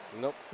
Nope